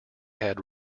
had